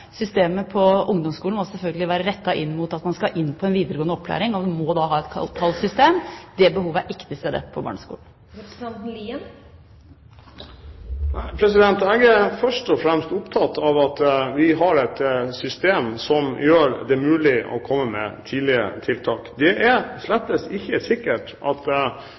Systemet på ungdomsskolen må selvfølgelig være rettet inn mot at man skal inn i en videregående opplæring, og man må da ha et tallsystem. Det behovet er ikke til stede på barneskolen. Jeg er først og fremst opptatt av at vi har et system som gjør det mulig å komme med tidlige tiltak. Det er slett ikke sikkert at